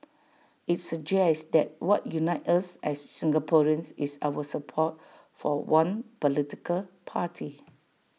IT suggests that what unites us as Singaporeans is our support for one political party